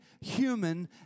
human